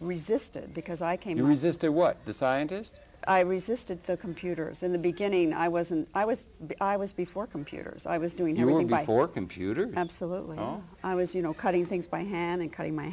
resisted because i came to resistor what the scientists i resisted the computers in the beginning i wasn't i was i was before computers i was doing everything by for computer absolutely no i was you know cutting things by hand and cutting my